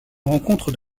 rencontre